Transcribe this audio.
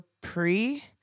pre